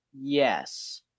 Yes